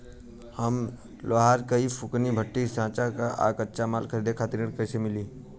हम लोहार हईं फूंकनी भट्ठी सिंकचा सांचा आ कच्चा माल खरीदे खातिर ऋण कइसे मिली?